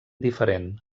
diferent